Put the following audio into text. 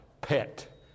pet